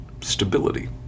stability